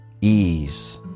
ease